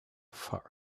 far